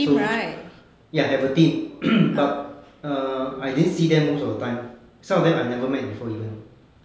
so ya I have a team but err I didn't see them most of the time some of them I never met before even